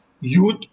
youth